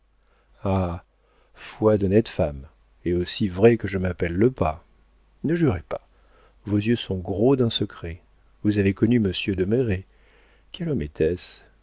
foi d'honnête femme aussi vrai que je m'appelle lepas ne jurez pas vos yeux sont gros d'un secret vous avez connu monsieur de merret quel homme était-ce